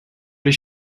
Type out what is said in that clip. l’ai